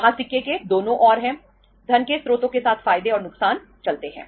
यहां सिक्के के दोनों ओर हैं धन के स्रोतों के साथ फायदे और नुकसान चलते हैं